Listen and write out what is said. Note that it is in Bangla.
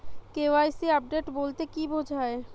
কে.ওয়াই.সি আপডেট বলতে কি বোঝায়?